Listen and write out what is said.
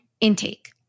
intake